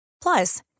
Plus